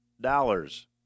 dollars